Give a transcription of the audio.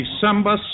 December